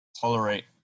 tolerate